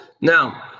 Now